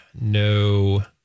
no